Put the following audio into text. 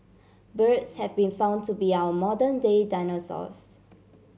birds have been found to be our modern day dinosaurs